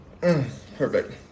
Perfect